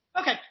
Okay